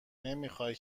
نمیخای